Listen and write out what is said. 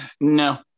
No